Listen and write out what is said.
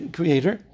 Creator